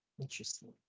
Interesting